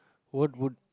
what would